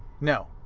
No